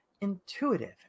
intuitive